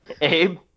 Abe